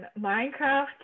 Minecraft